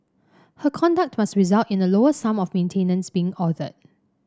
her conduct must result in a lower sum of maintenance being ordered